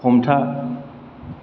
हमथा